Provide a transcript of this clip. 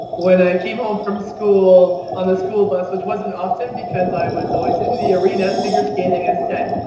when i came home from school on the school bus which wasn't often because i was always in the arena, figure-skating instead.